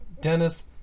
Dennis